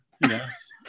yes